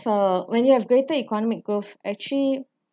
for when you have greater economic growth actually